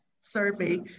survey